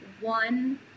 one